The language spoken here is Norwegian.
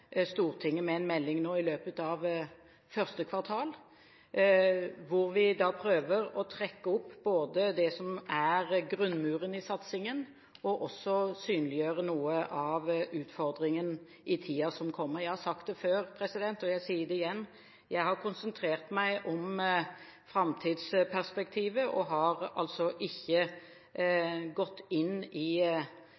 Stortinget med en melding i løpet av første kvartal, hvor vi prøver å trekke opp det som er grunnmuren i satsingen, og også synliggjøre noe av utfordringen i tiden som kommer. Jeg har sagt det før, og jeg sier det igjen: Jeg har konsentrert meg om framtidsperspektivet og har ikke